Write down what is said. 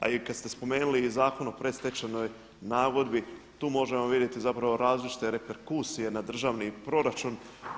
A i kada ste spomenuli Zakon o predstečajnoj nagodbi tu možemo vidjeti zapravo različite reperkusije na državni proračun.